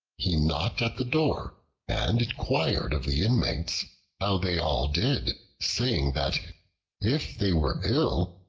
he knocked at the door and inquired of the inmates how they all did, saying that if they were ill,